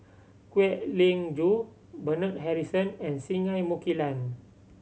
Kwek Leng Joo Bernard Harrison and Singai Mukilan